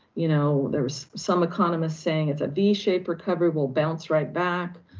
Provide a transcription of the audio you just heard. you know, there's some economists saying it's a v-shaped recovery. we'll bounce right back.